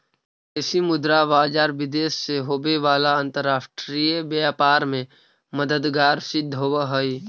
विदेशी मुद्रा बाजार विदेश से होवे वाला अंतरराष्ट्रीय व्यापार में मददगार सिद्ध होवऽ हइ